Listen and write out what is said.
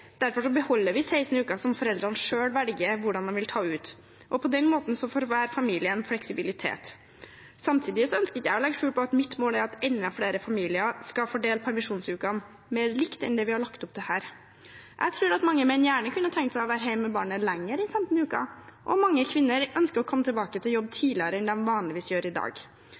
beholder vi 16 uker som foreldrene selv velger hvordan de vil ta ut. På den måten får hver familie en fleksibilitet. Samtidig ønsker jeg ikke å legge skjul på at mitt mål er at enda flere familier skal fordele permisjonsukene mer likt enn det vi har lagt opp til her. Jeg tror at mange menn gjerne kunne tenkt seg å være hjemme med barnet lenger enn 15 uker, og mange kvinner ønsker å komme tilbake til jobb tidligere enn de vanligvis gjør i dag.